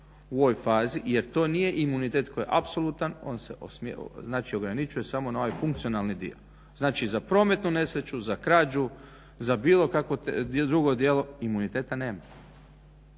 u ovoj fazi jer to nije imunitet koji je apsolutan, on se ograničuje samo na ovaj funkcionalni dio. Znači za prometnu nesreću, za krađu, za bilo kakvo drugo djelo imuniteta nema.